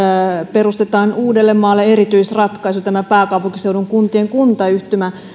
perustetaan uudellemaalle erityisratkaisu tämä pääkaupunkiseudun kuntien kuntayhtymä